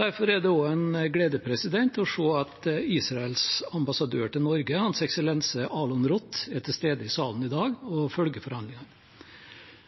Derfor er det en glede å se at Israels ambassadør til Norge, Hans eksellense Alon Roth, er til stede i salen i dag og følger forhandlingene.